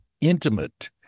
intimate